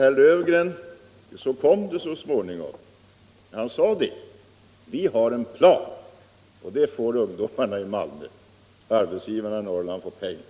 Herr Löfgren gav så småningom beskedet att man har en plan — det är vad ungdomarna i Malmö får. Arbetsgivarna i Norrland får pengar.